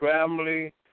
family